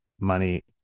money